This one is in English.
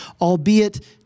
albeit